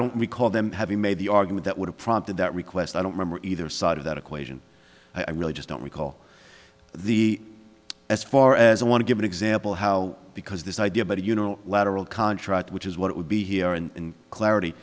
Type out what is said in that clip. don't recall them having made the argument that would have prompted that request i don't remember either side of that equation i really just don't recall the as far as i want to give an example how because this idea about a unilateral contract which is what it would be here in clarity